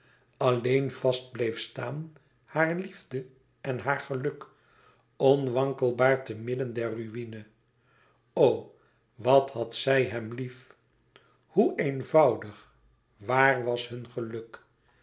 alleen vast bleef staan hare liefde en haar geluk onwankelbaar te midden der ruïne o wat had zij hem lief hoe eenvoudig waar was hun geluk